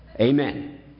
Amen